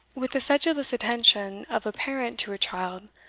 with the sedulous attention of a parent to a child,